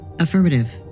Affirmative